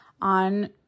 on